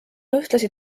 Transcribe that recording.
ühtlasi